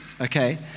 okay